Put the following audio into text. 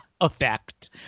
effect